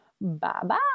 Bye-bye